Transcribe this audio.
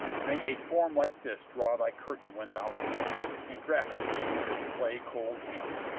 may a form like this draw thy curtain when thou sleepest, and grasp thee with its clay-cold hand!